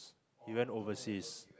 he went overseas